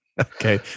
Okay